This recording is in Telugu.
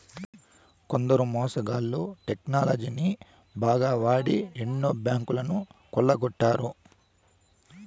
కొందరు మోసగాళ్ళు టెక్నాలజీని బాగా వాడి ఎన్నో బ్యాంకులను కొల్లగొట్టారు